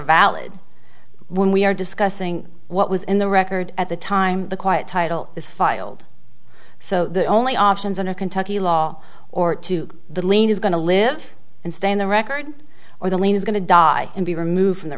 valid when we are discussing what was in the record at the time the quiet title is filed so the only options under kentucky law or to the lien is going to live and stay in the record or the lien is going to die and be removed from the